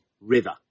river